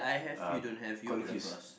uh confused